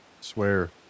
swear